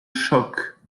shock